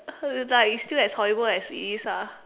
uh like it's still as horrible as it is ah